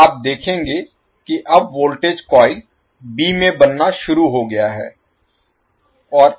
तो आप देखेंगे कि अब वोल्टेज कॉइल बी में बनना शुरू हो गया है